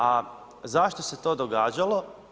A zašto se to događalo?